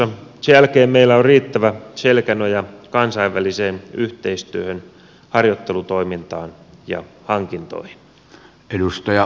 sen jälkeen meillä on riittävä selkänoja kansainväliseen yhteistyöhön harjoittelutoimintaan ja hankintoihin